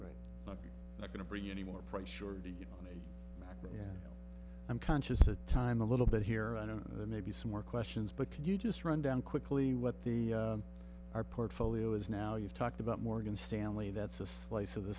now they're going to bring any more pressure to you but yeah i'm conscious a time a little bit here i don't know maybe some more questions but can you just run down quickly what the our portfolio is now you've talked about morgan stanley that's a slice of the